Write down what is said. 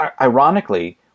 ironically